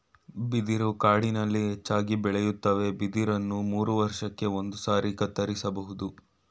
ಬಿದಿರು ಕಾಡಿನಲ್ಲಿ ಹೆಚ್ಚಾಗಿ ಬೆಳೆಯುತ್ವೆ ಬಿದಿರನ್ನ ಮೂರುವರ್ಷಕ್ಕೆ ಒಂದ್ಸಾರಿ ಕತ್ತರಿಸ್ಬೋದು